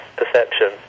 perception